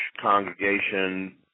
congregation